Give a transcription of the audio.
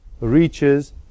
reaches